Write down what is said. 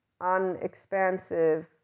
unexpansive